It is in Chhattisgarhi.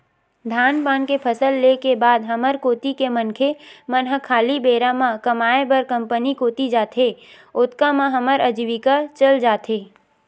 धान पान के फसल ले के बाद हमर कोती के मनखे मन ह खाली बेरा म कमाय बर कंपनी कोती जाथे, ओतका म हमर अजीविका चल जाथे